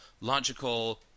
logical